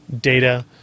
data